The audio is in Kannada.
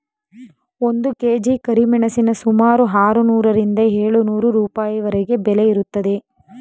ಒಂದು ಕೆ.ಜಿ ಕರಿಮೆಣಸಿನ ಸುಮಾರು ಆರುನೂರರಿಂದ ಏಳು ನೂರು ರೂಪಾಯಿವರೆಗೆ ಬೆಲೆ ಇರುತ್ತದೆ